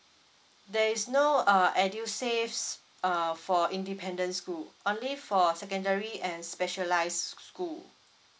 there is no uh edusave err for independent school only for secondary and specialised school